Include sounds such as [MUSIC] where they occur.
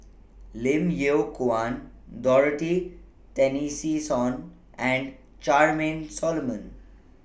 Lim Yew Kuan Dorothy [UNINTELLIGIBLE] and Charmaine Solomon